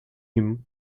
him